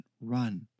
run